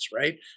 right